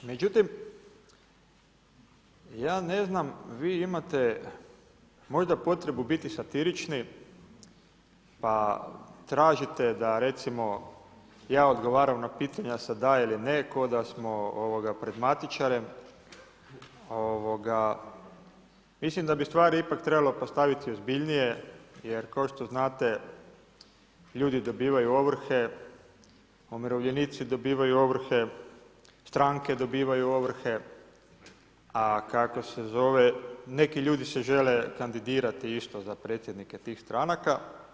Međutim, ja ne znam vi imate možda potrebu biti satirični pa tražite da recimo ja odgovaram na pitanja sa da ili ne ko da smo pred matičarem, mislim da bi stvari ipak trebalo postaviti ozbiljnije jer kao što znate ljudi dobivaju ovrhe, umirovljenici dobivaju ovrhe, stranke dobivaju ovrhe, a neki ljudi se žele kandidirati isto za predsjednike tih stranka.